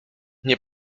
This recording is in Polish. nie